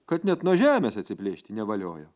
kad net nuo žemės atsiplėšti nevaliojo